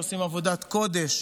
שעושים עבודת קודש